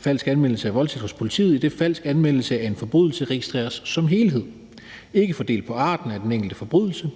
falsk anmeldelse af voldtægt hos politiet, idet falsk anmeldelse af en forbrydelse registreres som helhed – ikke fordelt på arten af den enkelte forbrydelse,